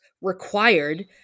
required